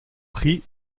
pris